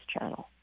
channel